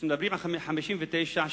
כשמדברים מ-1959,